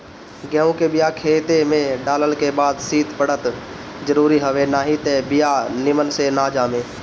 गेंहू के बिया खेते में डालल के बाद शीत पड़ल जरुरी हवे नाही त बिया निमन से ना जामे